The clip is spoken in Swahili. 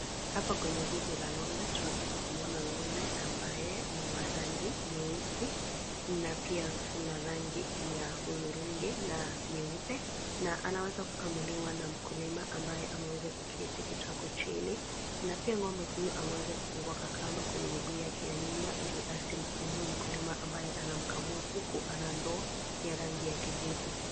Hapa kwenye zizi la ng'ombe tunapata kumwona ng'ombe ambaye ni wa rangi nyeusi na pia tuna rangi ya hudhurungi na nyeupe. Na anaweza kukamuliwa na mkulima ambaye ameweza kuketi kitako chini. Na pia ng'ombe huyo ameweza kufungwa kwa kamba kwenye miguu yake ya nyuma ili asimsumbue mkulima ambaye anamkamua huku ana ndoo ya rangi ya kijivu.